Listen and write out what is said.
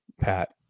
Pat